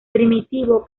primitivo